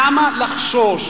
למה לחשוש?